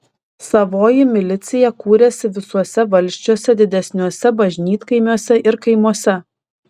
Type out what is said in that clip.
savoji milicija kūrėsi visuose valsčiuose didesniuose bažnytkaimiuose ir kaimuose